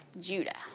Judah